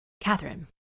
Catherine